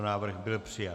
Návrh byl přijat.